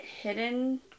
hidden